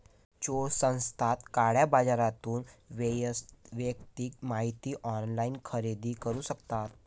चोर स्वस्तात काळ्या बाजारातून वैयक्तिक माहिती ऑनलाइन खरेदी करू शकतात